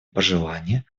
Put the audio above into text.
пожелание